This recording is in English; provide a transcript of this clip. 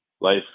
Life